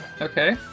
okay